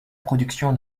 production